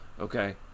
okay